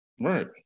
Right